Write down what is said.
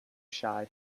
shy